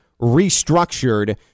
restructured